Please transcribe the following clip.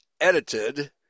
edited